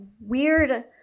weird